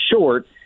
short